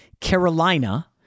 Carolina